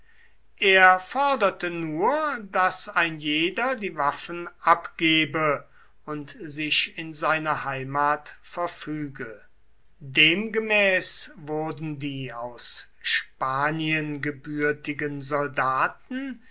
er forderte nur daß ein jeder die waffen abgebe und sich in seine heimat verfüge demgemäß wurden die aus spanien gebürtigen soldaten